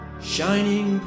shining